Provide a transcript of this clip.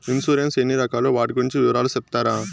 Insurance ఎన్ని రకాలు వాటి గురించి వివరాలు సెప్తారా?